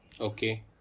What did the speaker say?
Okay